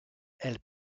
elles